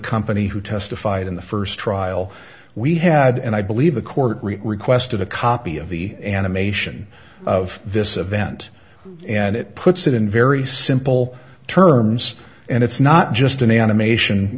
company who testified in the first trial we had and i believe the court requested a copy of the animation of this event and it puts it in very simple terms and it's not just an